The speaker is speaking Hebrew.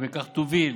ובכך תוביל